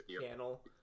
channel